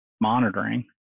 monitoring